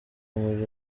muri